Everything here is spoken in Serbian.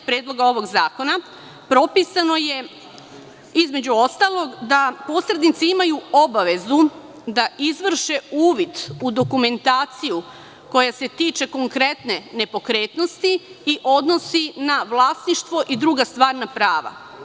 Predloga ovog zakona, propisano je, između ostalog, da posrednici imaju obavezu da izvrše uvid u dokumentaciju koja se tiče konkretne nepokretnosti i odnosi na vlasništvo i druga stvarna prava.